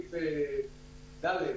לסעיף (ד),